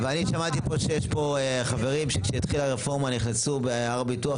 אבל אני שמעתי פה שיש פה חברים שכשהתחילה הרפורמה נכנסו בהר הביטוח,